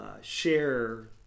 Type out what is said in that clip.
share